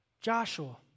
Joshua